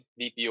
DPO